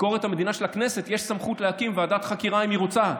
ביקורת המדינה של הכנסת יש סמכות להקים ועדת חקירה אם היא רוצה.